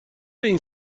این